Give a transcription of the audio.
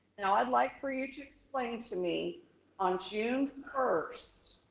now i'd like for you to explain to me on june first,